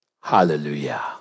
Hallelujah